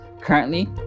currently